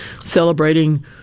celebrating